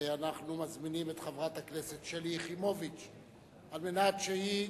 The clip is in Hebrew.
ואנחנו מזמינים את חברת הכנסת שלי יחימוביץ על מנת שהיא